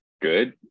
good